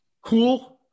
cool